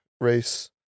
race